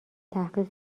تحقیق